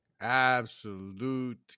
Absolute